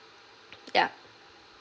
yup